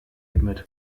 mit